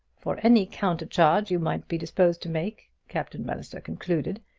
for any countercharge you might be disposed to make, captain bannister concluded,